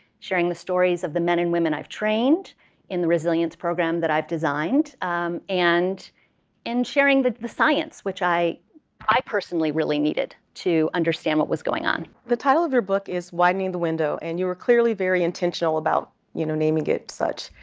sharing the stories of the men and women i've trained in the resilience program that i've designed and in sharing the the science, which i i personally really needed to understand what was going on. carla mcintosh the title of your book is widening the window, and you were clearly very intentional about you know naming it such.